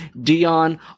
Dion